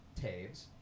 Taves